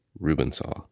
Rubensaw